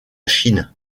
chine